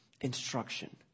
instruction